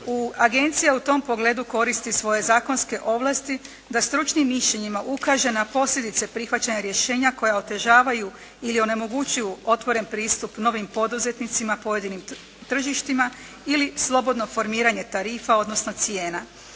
Agencija u tom pogledu koristi svoje zakonske ovlasti da stručnim mišljenjima ukaže na posljedice prihvaćanja rješenja koja otežavaju ili onemogućuju otvoren pristup novim poduzetnicima pojedinim tržištima ili slobodno formiranje tarifa odnosno cijena